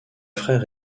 frère